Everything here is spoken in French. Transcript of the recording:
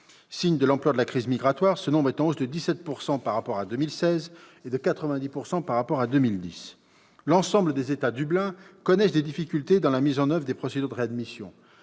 Signe de l'ampleur de la crise migratoire, ce nombre est en hausse de 17 % par rapport à 2016 et de 90 % par rapport à 2010. L'ensemble des États « Dublin » connaissent des difficultés dans la mise en oeuvre des procédures de réadmission.